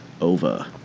over